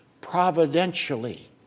Providentially